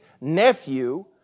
nephew